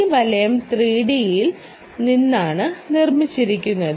ഈ വലയം 3D യിൽ നിന്നാണ് നിർമ്മിച്ചിരിക്കുന്നത്